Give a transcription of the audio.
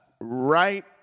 right